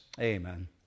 Amen